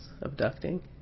abducting